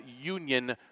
union